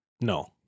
No